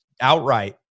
outright